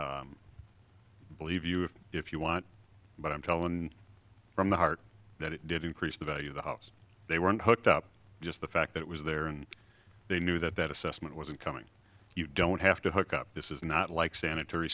there believe you if if you want but i'm tellin from the heart that it did increase the value of the house they weren't hooked up just the fact that it was there and they knew that that assessment wasn't coming you don't have to hook up this is not like sanitary